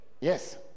Yes